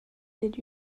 did